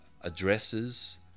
addresses